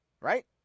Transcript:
Right